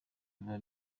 biba